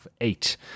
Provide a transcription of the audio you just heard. eight